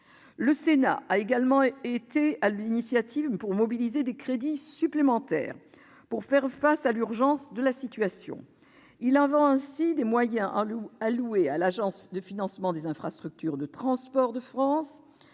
Le Sénat a également été à l'initiative d'une mobilisation de crédits supplémentaires pour faire face à l'urgence de la situation. Il y va ainsi des moyens alloués à l'Agence de financement des infrastructures de transport de France.